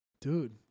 Dude